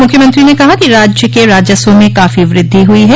मुख्यमंत्री ने कहा कि राज्य के राजस्व में काफी वृद्धि हुई है